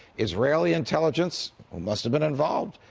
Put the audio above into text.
israeli intelligence must have been involved,